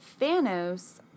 Thanos